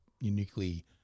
uniquely